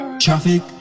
traffic